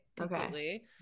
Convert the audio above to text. Okay